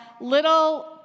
little